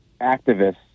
activists